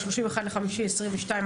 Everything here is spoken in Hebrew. ה-31 במאי 2022,